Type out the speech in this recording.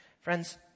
Friends